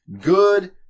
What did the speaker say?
good